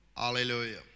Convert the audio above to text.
Hallelujah